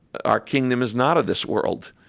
our kingdom is not of this world.